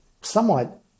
somewhat